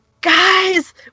guys